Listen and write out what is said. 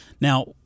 Now